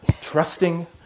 trusting